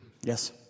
Yes